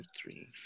three